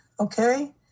Okay